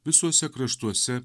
visuose kraštuose